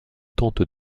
tentent